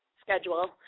schedule